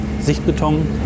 Sichtbeton